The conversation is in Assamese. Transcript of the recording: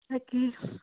তাকে